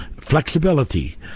flexibility